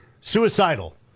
suicidal